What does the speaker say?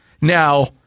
Now